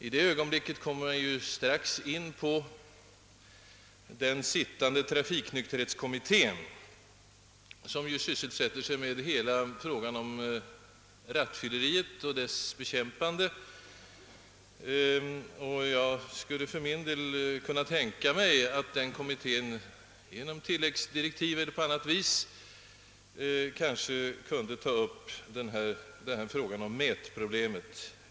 I detta sammanhang kommer man osökt in på den sittande trafiksäkerhetskommittén, som sysslar med alla frågor om rattfylleri och dess bekämpande. Den kommittén skulle genom tilläggsdirektiv eller på annat sätt kunna tänkas ta upp frågan om mätproblemet.